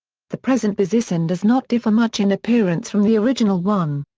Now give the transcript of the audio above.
the present bezisten does not differ much in appearance from the original one.